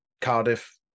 Cardiff